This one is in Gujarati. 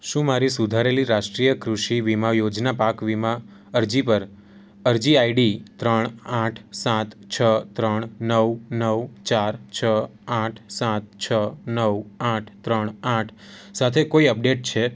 શું મારી સુધારેલી રાષ્ટ્રીય કૃષિ વીમા યોજના પાક વીમા અરજી પર અરજી આઈ ડી ત્રણ આઠ સાત છ ત્રણ નવ નવ ચાર છ આઠ સાત છ નવ આઠ ત્રણ આઠ સાથે કોઈ અપડેટ છે